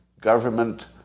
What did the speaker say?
government